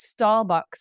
Starbucks